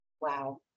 Wow